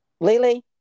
Lily